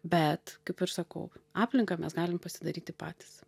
bet kaip ir sakau aplinką mes galim pasidaryti patys